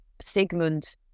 Sigmund